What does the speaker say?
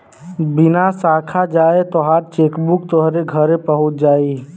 बिना साखा जाए तोहार चेकबुक तोहरे घरे पहुच जाई